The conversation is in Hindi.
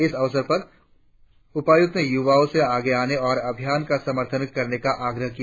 इस अवसर पर उपायुक्त ने युवाओं से आगे आने और अभियान का समर्थन करने का आग्रह किया